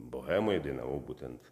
bohemoj dainavau būtent